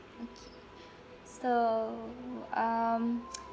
okay so um